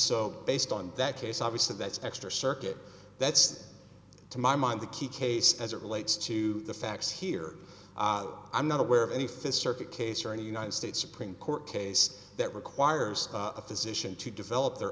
so based on that case obviously that's extra circuit that's to my mind the key case as it relates to the facts here i'm not aware of any fist circuit case or any united states supreme court case that requires a physician to develop their